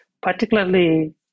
Particularly